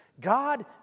God